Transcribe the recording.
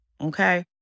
Okay